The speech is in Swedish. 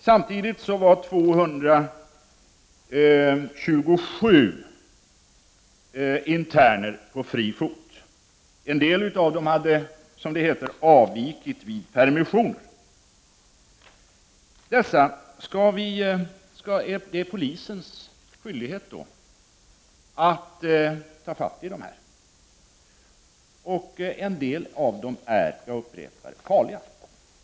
Samtidigt var 227 interner på fri fot. En del av dem hade som det heter avvikit vid permissioner. Det är nu polisens skyldighet att ta fatt dessa brottslingar. Jag upprepar att en del av dem är farliga.